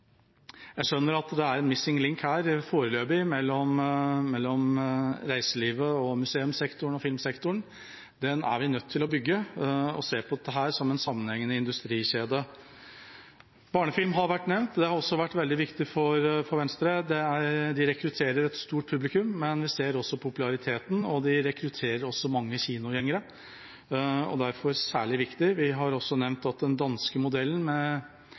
Jeg skjønner at det foreløpig er en «missing link» her mellom reiselivet, museumssektoren og filmsektoren. Den er vi nødt til å bygge – og å se på dette som en sammenhengende industrikjede. Barnefilmer har vært nevnt. Det har også vært veldig viktig for Venstre. De rekrutterer et stort publikum, men vi ser også populariteten. De rekrutterer mange kinogjengere, og er derfor særlig viktig. Vi har også nevnt at den danske modellen,